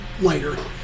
later